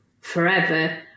forever